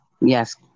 Yes